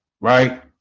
right